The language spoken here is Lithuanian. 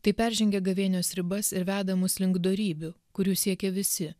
tai peržengia gavėnios ribas ir veda mus link dorybių kurių siekia visi